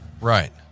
right